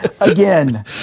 Again